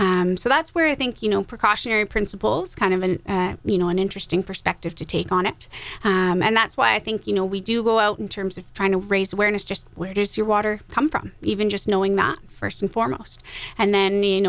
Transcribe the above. and so that's where i think you know precautionary principles kind of and you know an interesting perspective to take on it and that's why i think you know we do go out in terms of trying to raise awareness just where does your water come from even just knowing that first and foremost and then you